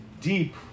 deep